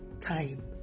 time